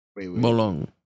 bolong